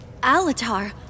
Alatar